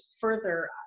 further